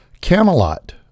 camelot